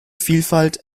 vielfalt